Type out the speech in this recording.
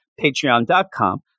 patreon.com